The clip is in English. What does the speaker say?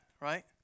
right